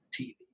TV